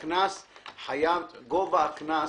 גובה הקנס